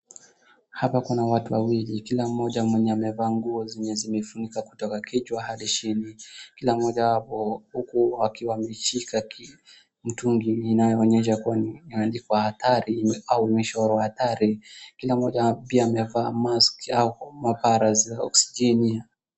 Hapa kuna watu wawili, kila mmoja mwenye amevaa nguo zenye zimefunika kutoka kichwa hadi chini, kila mmojawapo huku akiwa ameshika mtungi inayoonyesha kuwa ni imeandikwa hatari au mwisho wa adhari. Kila mmoja pia amevaa mask au makara za oksijeni.